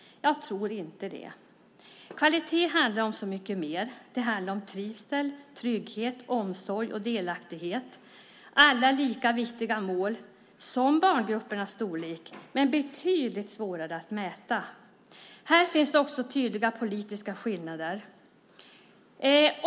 Jag tror inte det. Kvalitet handlar om så mycket mer. Det handlar om trivsel, trygghet, omsorg och delaktighet - alla lika viktiga mål som barngruppernas storlek, men betydligt svårare att mäta. Här finns också tydliga politiska skillnader.